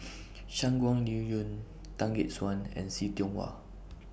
Shangguan Liuyun Tan Gek Suan and See Tiong Wah